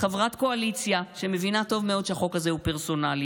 חברת קואליציה שמבינה טוב מאוד שהחוק הזה הוא פרסונלי: